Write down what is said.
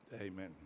Amen